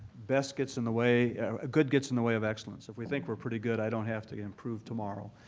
best gets in the way good gets in the way of excellence. if we think we're pretty good, i don't have to improve tomorrow.